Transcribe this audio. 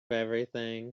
everything